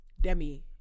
Demi